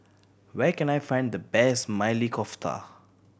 where can I find the best Maili Kofta